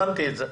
הבנתי את זה.